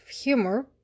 humor